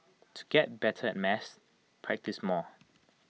to get better at maths practise more